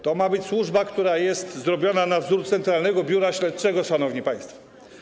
To ma być służba, która jest utworzona na wzór Centralnego Biura Śledczego, szanowni państwo.